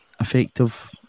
effective